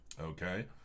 Okay